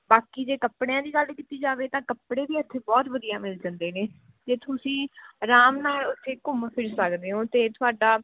ਬਾਕੀ ਜੇ ਕੱਪੜਿਆਂ ਦੀ ਗੱਲ ਕੀਤੀ ਜਾਵੇ ਤਾਂ ਕੱਪੜੇ ਵੀ ਇੱਥੇ ਬਹੁਤ ਵਧੀਆ ਮਿਲ ਜਾਂਦੇ ਨੇ ਅਤੇ ਤੁਸੀਂ ਆਰਾਮ ਨਾਲ ਓਥੇ ਘੁੰਮ ਫਿਰ ਸਕਦੇ ਹੋ ਅਤੇ ਤੁਹਾਡਾ